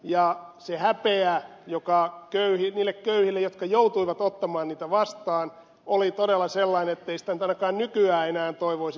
se häpeä joka niille köyhille koitui jotka joutuivat ottamaan niitä vastaan oli todella sellainen ettei sitä nyt ainakaan nykyään enää toivoisi kenellekään